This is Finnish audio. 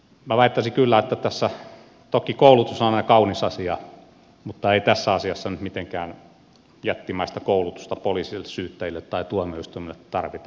toki koulutus on aina kaunis asia mutta minä väittäisin kyllä että ei tässä asiassa nyt mitenkään jättimäistä koulutusta poliisille syyttäjille tai tuomioistuimelle tarvita